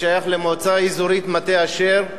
ששייך למועצה האזורית מטה-אשר,